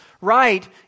right